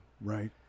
Right